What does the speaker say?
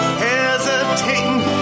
hesitating